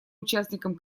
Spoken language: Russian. участником